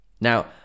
Now